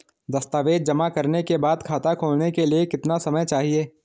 दस्तावेज़ जमा करने के बाद खाता खोलने के लिए कितना समय चाहिए?